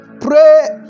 pray